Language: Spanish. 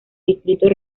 distritos